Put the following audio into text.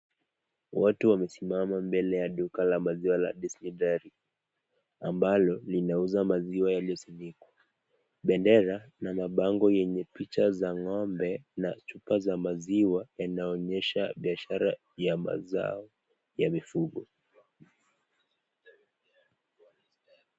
Watu wamesimama mbele ya duka la maziwa la Displinary , ambalo linauza maziwa yaliyosiviku. Bendera na mabango yenye picha za ng'ombe na picha za maziwa yanaonyeshwa biashara ya mazao ya mifugo .